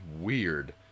weird